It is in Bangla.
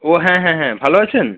ও হ্যাঁ হ্যাঁ হ্যাঁ ভালো আছেন